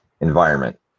environment